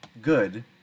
good